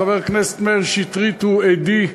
חבר הכנסת מאיר שטרית הוא עדי,